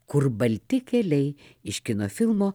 kur balti keliai iš kino filmo